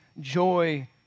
joy